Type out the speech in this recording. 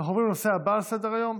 אנחנו עוברים לנושא הבא על סדר-היום,